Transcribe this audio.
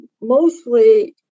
mostly